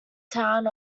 town